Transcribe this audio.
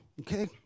Okay